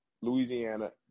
Louisiana